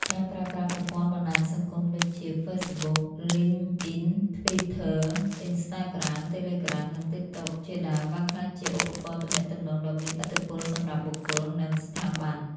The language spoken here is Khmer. ការប្រើប្រាស់ប្រព័ន្ធបណ្តាញសង្គមដូចជា ហ្វេសបុក លីងអុីន ធ្វីធ័ អុីនស្តាក្រាម តេលេក្រាម និងតិកតុក ជាដើមបានក្លាយជាឧបករណ៍ទំនាក់ទំនងដ៏មានឥទ្ធិពលសម្រាប់បុគ្គល និងស្ថាប័ន។